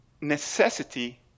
necessity